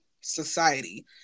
society